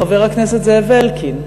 חבר הכנסת זאב אלקין,